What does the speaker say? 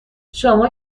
شما